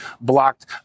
blocked